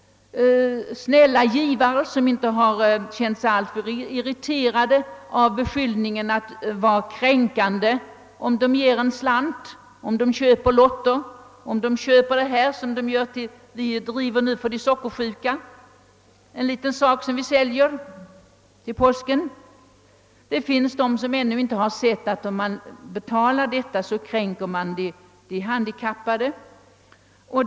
Snälla givare, som inte har känt sig alltför irriterade av beskyllningen att de skulle kränka de handikappade om de ger en slant, hjälper också till. De köper lotter och de köper den lilla sak som vi säljer till påsk till förmån för de sockersjuka. Det finns lyckligtvis de som ännu inte insett att de, genom att betala för dessa saker, kränker de handikappade.